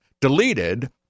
deleted